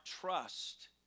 trust